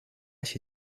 się